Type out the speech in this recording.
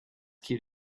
qu’il